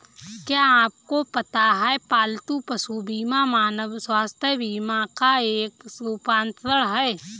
क्या आपको पता है पालतू पशु बीमा मानव स्वास्थ्य बीमा का एक रूपांतर है?